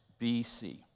BC